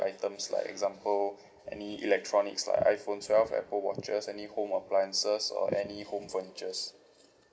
items like example any electronics like iphone twelve apple watches any home appliances or any home furniture